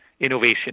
innovation